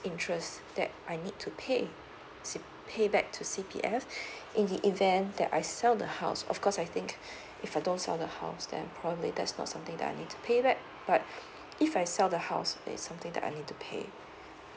interest that I need to pay c~ pay back to C_P_F in the event that I sell the house of course I think if I don't sell the house then probably there's not something that I need to pay right but if I sell the house it's something that I need to pay